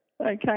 Okay